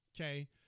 okay